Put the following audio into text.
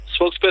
Spokesperson